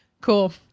Cool